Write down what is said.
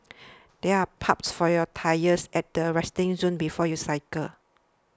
there are pumps for your tyres at the resting zone before you cycle